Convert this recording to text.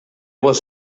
was